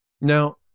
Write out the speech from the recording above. Now